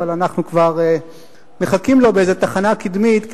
אבל אנחנו כבר מחכים לו באיזו תחנה קדמית,